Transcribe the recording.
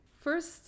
first